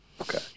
Okay